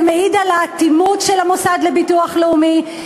זה מעיד על האטימות של המוסד לביטוח לאומי,